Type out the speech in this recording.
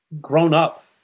grown-up